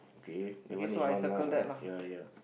okay that one is one lah ya ya